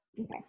Okay